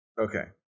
Okay